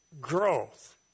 growth